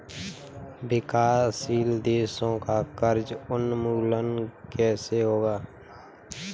विकासशील देशों का कर्ज उन्मूलन कैसे होगा?